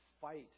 fight